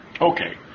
Okay